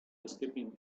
escaping